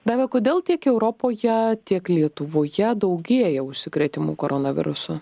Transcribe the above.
daiva kodėl tiek europoje tiek lietuvoje daugėja užsikrėtimų koronavirusu